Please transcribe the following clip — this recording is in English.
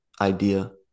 idea